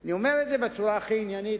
אני אומר את זה בצורה הכי עניינית,